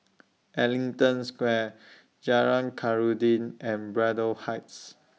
Ellington Square Jalan Khairuddin and Braddell Heights